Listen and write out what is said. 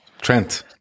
Trent